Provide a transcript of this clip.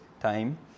time